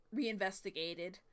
reinvestigated